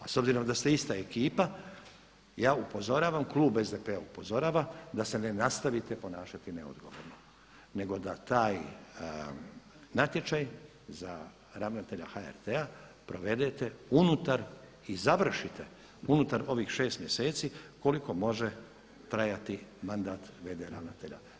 A s obzirom da ste ista ekipa ja upozoravam, klub SDP-a upozorava da se ne nastavite ponašati neodgovorno nego da taj natječaj za ravnatelja HRT-a provedete unutar i završite unutar ovih 6 mjeseci koliko može trajati mandat v.d. ravnatelja.